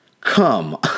come